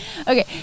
Okay